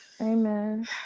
amen